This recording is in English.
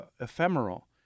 ephemeral